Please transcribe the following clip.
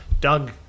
Doug